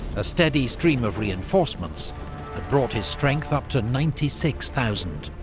a steady stream of reinforcements had brought his strength up to ninety six thousand.